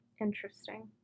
Interesting